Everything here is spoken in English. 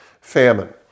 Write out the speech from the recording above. Famine